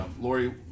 Lori